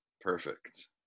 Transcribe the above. Perfect